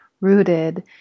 rooted